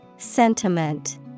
Sentiment